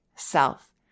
Self